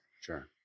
Sure